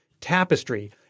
tapestry